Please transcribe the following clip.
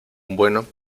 bueno